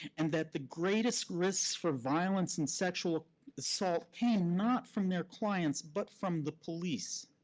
and that the greatest risks for violence and sexual assault came not from their clients but from the police.